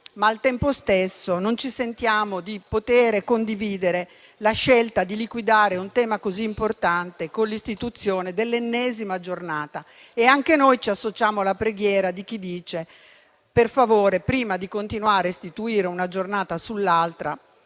ma al tempo stesso non ci sentiamo di poter condividere la scelta di liquidare un tema così importante con l'istituzione dell'ennesima Giornata. Anche noi ci associamo alla preghiera di chi dice: per favore, prima di continuare a istituire una Giornata dopo l'altra,